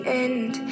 end